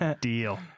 Deal